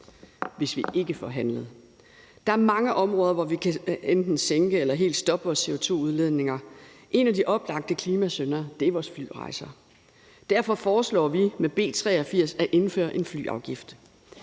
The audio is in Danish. hvis ikke vi får handlet. Der er mange områder, hvor vi enten kan sænke eller helt stoppe vores CO2-udledninger, og en af de oplagte klimasyndere er vores flyrejser. Derfor foreslår vi med B 83 at indføre en flyafgift.